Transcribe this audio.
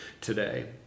today